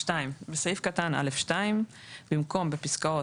(2)בסעיף קטן (א2), במקום "בפסקאות